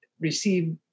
receive